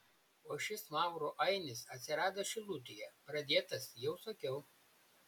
o šis maurų ainis atsirado šilutėje pradėtas jau sakiau